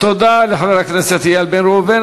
תודה לחבר הכנסת איל בן ראובן.